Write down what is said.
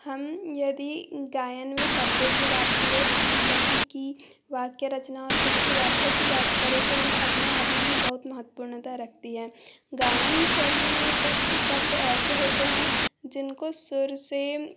हम यदि गायन में शब्दों की बात करें उसकी गति की वाक्य रचना और उसकी व्याख्या की बात करें तो यह अपने आप में ही बहुत महत्वपूर्णता रखती है गायन शैली में कुछ शब्द ऐसे होते हैं जिनको सुर से